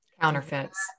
counterfeits